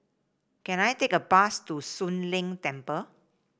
can I take a bus to Soon Leng Temple